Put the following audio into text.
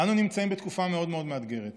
אנו נמצאים בתקופה מאוד מאוד מאתגרת